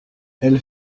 elles